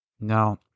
Now